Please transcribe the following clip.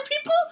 people